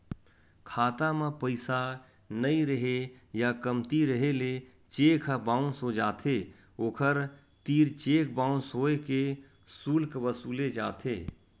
खाता म पइसा नइ रेहे या कमती रेहे ले चेक ह बाउंस हो जाथे, ओखर तीर चेक बाउंस होए के सुल्क वसूले जाथे